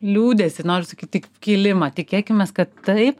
liūdesį noriu sakyti kilimą tikėkimės kad tai